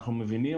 אנחנו מבינים.